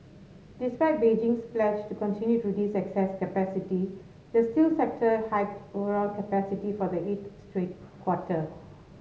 despite Beijing's pledge to continue to reduce excess capacity the steel sector hiked overall capacity for the eighth straight quarter